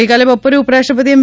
ગઇકાલે બપોરે ઉપરાષ્ટ્રપતિ એમ